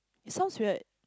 it sounds weird